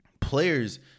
Players